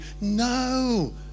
No